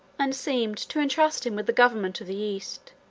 and seemed to intrust him with the government of the east,